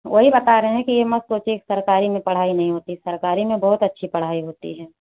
वही बता रहें हैं कि यह मत सोचिए कि सरकारी में पढ़ाई नहीं होती सरकारी में बहुत अच्छी पढ़ाई होती है